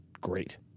great